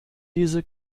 diese